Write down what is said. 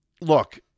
look